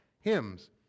hymns